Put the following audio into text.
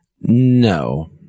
No